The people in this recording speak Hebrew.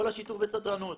כל השיטור והסדרנות,